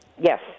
Yes